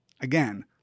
Again